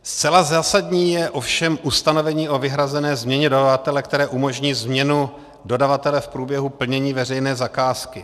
Zcela zásadní je ovšem ustanovení o vyhrazené změně dodavatele, které umožní změnu dodavatele v průběhu plnění veřejné zakázky.